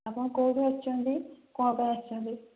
ଆପଣ କେଉଁଠୁ ଆସିଛନ୍ତି କ'ଣ ପାଇଁ ଆସିଛନ୍ତି